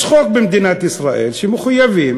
יש חוק במדינת ישראל, שמשרדי ממשלה מחויבים